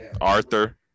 Arthur